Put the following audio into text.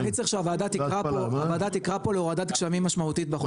אני צריך שהוועדה תקרא פה להורדת גשמים משמעותית.